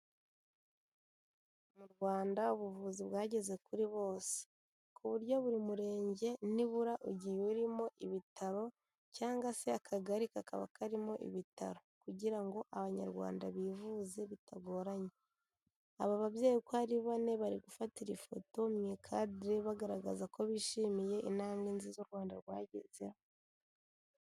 Mu Rwanda ubuvuzi bwageze kuri bose ku buryo buri murenge nibura ugiye urimo ibitaro cyangwa se akagari kakaba karimo ibitaro, kugira ngo Abanyarwanda bivuze bitagoranye. Aba babyeyi uko ari bane bari gufatira ifoto mu ikadere bagaragaza ko bishimiye intambwe nziza u Rwanda rwagezeho.